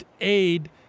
aid